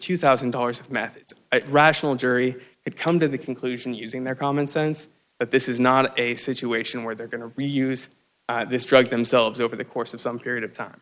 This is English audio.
two thousand dollars math it's rational jury would come to the conclusion using their common sense that this is not a situation where they're going to use this drug themselves over the course of some period of time